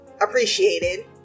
appreciated